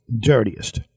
dirtiest